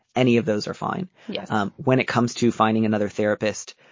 any of those are fine yeah um when it comes to finding another therapist.